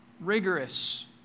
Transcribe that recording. rigorous